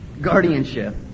Guardianship